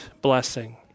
blessing